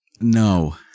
No